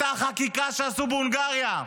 אותה חקיקה שעשו בהונגריה.